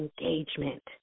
engagement